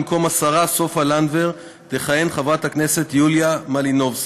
במקום השרה סופה לנדבר תכהן חברת הכנסת יוליה מלינובסקי,